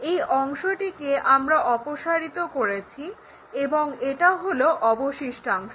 এই অংশটিকে আমরা অপসারিত করেছি এবং এটা হলো অবশিষ্টাংশ